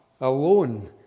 alone